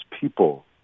people